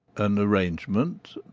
an arrangement?